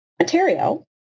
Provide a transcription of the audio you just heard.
Ontario